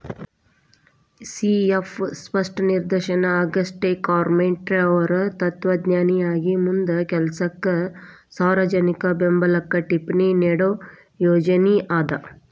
C F ಸ್ಪಷ್ಟ ನಿದರ್ಶನ ಆಗಸ್ಟೆಕಾಮ್ಟೆಅವ್ರ್ ತತ್ವಜ್ಞಾನಿಯಾಗಿ ಮುಂದ ಕೆಲಸಕ್ಕ ಸಾರ್ವಜನಿಕ ಬೆಂಬ್ಲಕ್ಕ ಟಿಪ್ಪಣಿ ನೇಡೋ ಯೋಜನಿ ಅದ